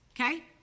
okay